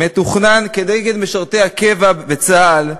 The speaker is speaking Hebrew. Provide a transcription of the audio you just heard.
מתוכנן, כנגד משרתי הקבע וצה"ל,